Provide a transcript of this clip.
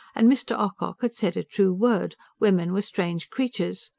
and mr. ocock had said a true word women were strange creatures.